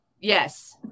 yes